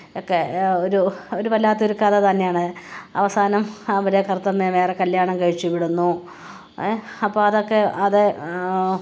ഒക്കെ ഒരു ഒരു വല്ലാത്തൊരു കഥ തന്നെയാണ് അവസാനം അവരെ കറുത്തമ്മയെ വേറെ കല്യാണം കഴിച്ചുവിടുന്നു അപ്പോള് അതൊക്കെ അത്